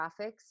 graphics